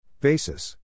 Basis